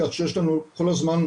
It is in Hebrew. כך שיש לנו, כל הזמן,